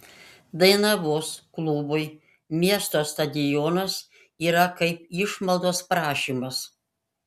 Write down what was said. dainavos klubui miesto stadionas yra kaip išmaldos prašymas